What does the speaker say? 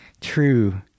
true